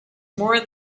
more